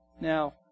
Now